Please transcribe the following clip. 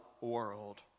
world